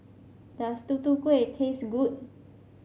does Tutu Kueh taste good